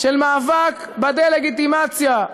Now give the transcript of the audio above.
של מאבק בדה-לגיטימציה,